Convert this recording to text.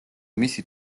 მისი